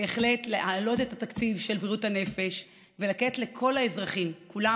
בהחלט להעלות את התקציב של בריאות הנפש ולתת לכל האזרחים כולם,